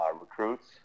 recruits